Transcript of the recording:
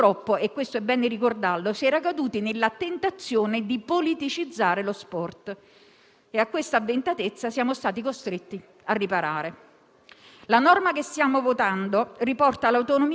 La norma che stiamo votando riporta l'autonomia dello sport al centro del villaggio - parafrasando così un linguaggio che in genere viene utilizzato proprio per le Olimpiadi